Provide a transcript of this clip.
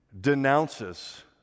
denounces